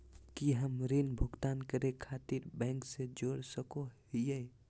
की हम ऋण भुगतान करे खातिर बैंक से जोड़ सको हियै?